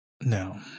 No